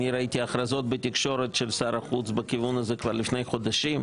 אני ראיתי הכרזות בתקשורת של שר החוץ בכיוון הזה כבר לפני חודשים.